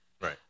Right